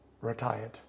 retired